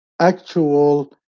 actual